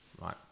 Right